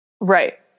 Right